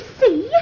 see